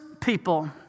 people